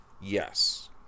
Yes